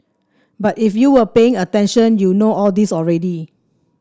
but if you were paying attention you know all this already